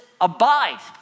abide